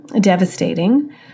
devastating